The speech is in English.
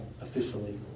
officially